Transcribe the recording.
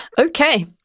Okay